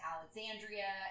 Alexandria